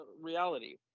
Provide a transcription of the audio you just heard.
reality